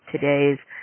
today's